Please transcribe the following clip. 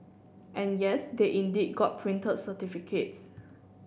and yes they indeed got printed certificates